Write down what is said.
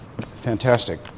fantastic